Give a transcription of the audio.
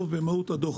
טוב במהות הדוח.